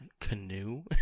canoe